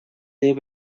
there